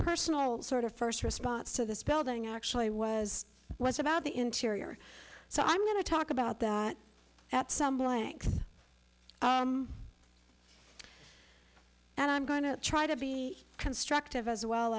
personal sort of first response to this building actually was was about the interior so i'm going to talk about that at some blanks and i'm going to try to be constructive as well